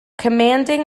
commanding